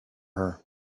her